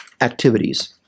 activities